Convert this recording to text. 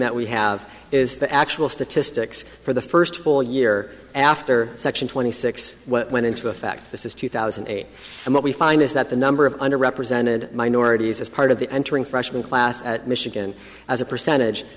that we have is the actual statistics for the first full year after section twenty six what went into effect this is two thousand and eight and what we find is that the number of under represented minorities as part of the entering freshman class at michigan as a percentage